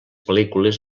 pel·lícules